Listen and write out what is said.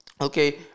Okay